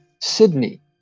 Sydney